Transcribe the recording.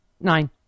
nine